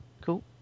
Cool